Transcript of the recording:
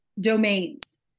domains